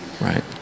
Right